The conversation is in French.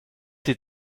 ces